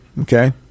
Okay